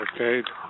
Okay